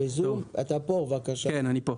שלום לכולם.